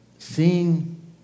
Seeing